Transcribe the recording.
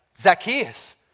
Zacchaeus